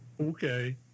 Okay